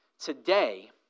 Today